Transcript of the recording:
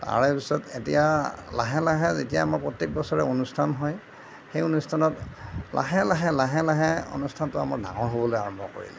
তাৰে পিছত এতিয়া লাহে লাহে যেতিয়া আমাৰ প্ৰত্যেক বছৰে অনুষ্ঠান হয় সেই অনুষ্ঠানত লাহে লাহে লাহে লাহে অনুষ্ঠানটো আমাৰ ডাঙৰ হ'বলৈ আৰম্ভ কৰিলে